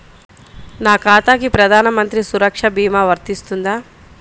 నా ఖాతాకి ప్రధాన మంత్రి సురక్ష భీమా వర్తిస్తుందా?